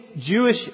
Jewish